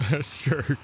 Sure